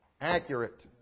accurate